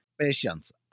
Patience